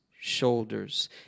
shoulders